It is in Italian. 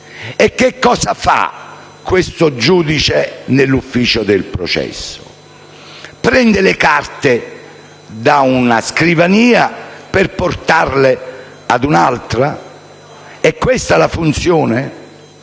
e cosa fa questo giudice nell'ufficio del processo? Prende la carte da una scrivania per portarle ad un'altra? È questa la funzione?